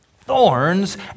Thorns